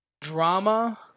drama